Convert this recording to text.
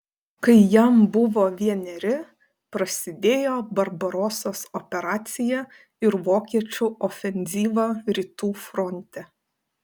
kai jam buvo vieneri prasidėjo barbarosos operacija ir vokiečių ofenzyva rytų fronte